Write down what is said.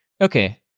Okay